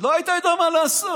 לא היית יודע מה לעשות.